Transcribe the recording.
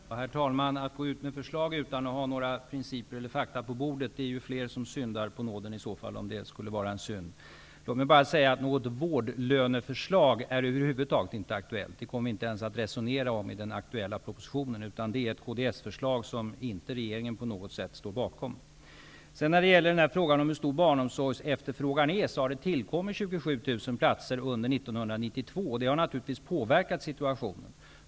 Herr talman! När det gäller detta att gå ut med förslag utan att ha några principer eller fakta på bordet, är det fler som syndar på nåden, om nu detta skulle vara en synd. Något vårdlöneförslag är över huvud taget inte aktuellt. Det kommer vi inte ens att resonera om i den aktuella propositionen. Det är ett kds-förslag som regeringen inte på något sätt står bakom. När det gäller frågan om hur stor efterfrågan på barnomsorg är, har det tillkommit 27 000 platser under 1992. Det har naturligtvis påverkat situationen.